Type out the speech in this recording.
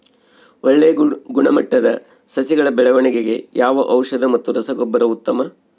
ಒಳ್ಳೆ ಗುಣಮಟ್ಟದ ಸಸಿಗಳ ಬೆಳವಣೆಗೆಗೆ ಯಾವ ಔಷಧಿ ಮತ್ತು ರಸಗೊಬ್ಬರ ಉತ್ತಮ?